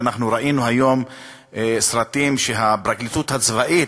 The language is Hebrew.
ואנחנו ראינו היום סרטים שהפרקליטות הצבאית